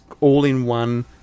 all-in-one